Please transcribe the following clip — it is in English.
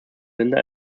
linda